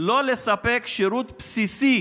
לא לספק שירות בסיסי